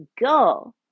go